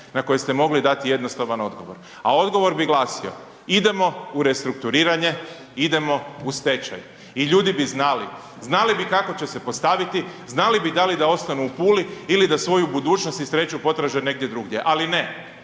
na koje ste mogli dati jednostavan odgovor. A odgovor bi glasio, idemo u restrukturiranje, idemo u stečaj i ljudi bi znali. Znali bi kako će se postaviti, znali bi da li da ostanu u Puli ili da svoju budućnost i sreću potraže negdje druge. Ali ne,